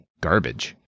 garbage